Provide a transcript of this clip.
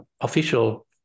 official